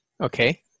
Okay